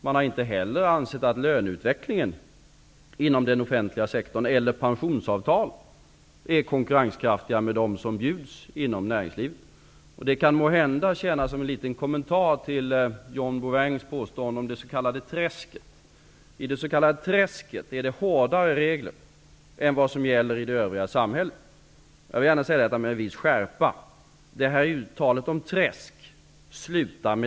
De har inte heller ansett att löneutvecklingen inom den offentliga sektorn eller pensionsavtalen är konkurrenskraftiga med de som bjuds inom näringslivet. Det här kan måhända tjäna som en kommentar till John Bouvins påstående om det s.k. träsket. I det s.k. träsket är det hårdare regler än vad som gäller i övriga samhället. Jag vill gärna säga detta med en viss skärpa. Sluta tala om träsk!